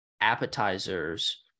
appetizers